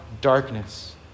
darkness